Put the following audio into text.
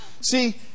See